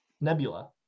Nebula